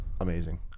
amazing